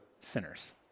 sinners